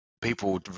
people